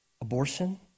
abortion